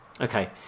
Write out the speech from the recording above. Okay